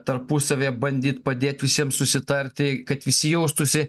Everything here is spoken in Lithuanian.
tarpusavyje bandyt padėt visiem susitarti kad visi jaustųsi